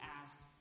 asked